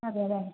അതെ അല്ലേ